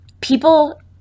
people